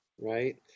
right